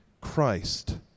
Christ